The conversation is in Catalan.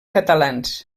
catalans